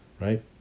Right